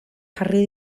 jarri